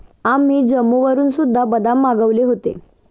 आम्ही जम्मूवरून सुद्धा बदाम मागवले होते